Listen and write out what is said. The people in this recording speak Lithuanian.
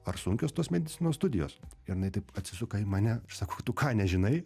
ar sunkios tos medicinos studijos ir jinai taip atsisuka į mane ir sako tu ką nežinai